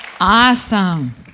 Awesome